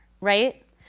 Right